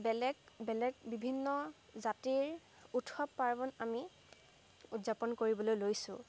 বেলেগ বেলেগ বিভিন্ন জাতিৰ উৎসৱ পাৰ্বণ আমি উদযাপন কৰিবলৈ লৈছোঁ